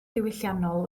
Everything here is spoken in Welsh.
diwylliannol